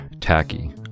Tacky